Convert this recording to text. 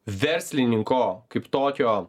verslininko kaip tokio